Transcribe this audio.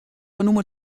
nûmer